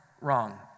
wrong